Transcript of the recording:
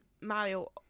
Mario